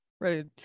Right